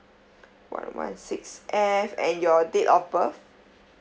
one one six F and your date of birth